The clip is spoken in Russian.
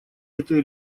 этой